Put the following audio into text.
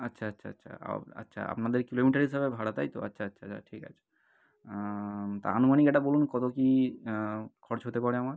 আচ্ছা আচ্ছা আচ্ছা আ ও আচ্ছা আপনাদের কিলোমিটার হিসাবে ভাড়া তাই তো আচ্ছা আচ্ছা ছা ঠিক আছে তা আনুমানিক একটা বলুন কত কি খরচ হতে পারে আমার